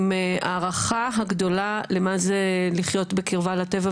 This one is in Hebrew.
עם ההערכה הגדולה למה זה לחיות בקרבה לטבע,